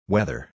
Weather